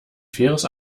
faires